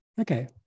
Okay